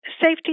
Safety